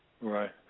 Right